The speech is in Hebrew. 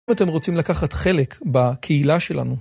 אם אתם רוצים לקחת חלק בקהילה שלנו.